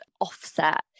offset